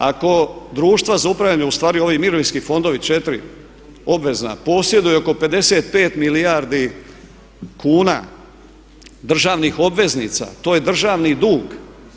Ako društva za upravljanje ustvari ovi mirovinsko fondovi njih 4 obvezna posjeduju oko 55 milijardi kuna državnih obveznica to je državni dug.